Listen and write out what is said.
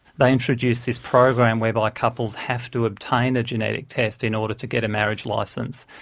they introduced this program whereby couples have to obtain a genetic test in order to get a marriage licence.